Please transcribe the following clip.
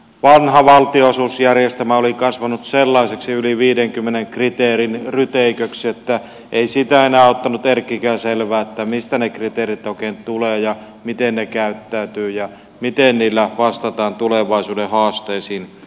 vanha valtionosuusjärjestelmä oli kasvanut sellaiseksi yli viidenkymmenen kriteerin ryteiköksi että ei siitä enää ottanut erkkikään selvää mistä ne kriteerit oikein tulevat ja miten ne käyttäytyvät ja miten niillä vastataan tulevaisuuden haasteisiin